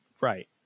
Right